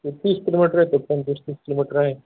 एक तीस किलोमिटर येतं आहे पंचवीस तीस किलोमिटर आहे